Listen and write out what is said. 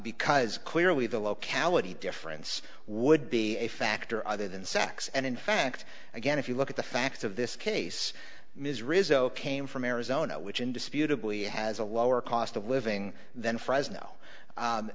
because clearly the locality difference would be a factor other than sex and in fact again if you look at the facts of this case ms rizzo came from arizona which indisputably has a lower cost of living than fresno